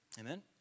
Amen